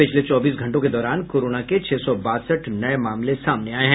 पिछले चौबीस घंटों के दौरान कोरोना के छह सौ बासठ नये मामले सामने आये हैं